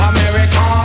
America